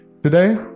Today